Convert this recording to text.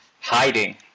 hiding